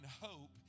hope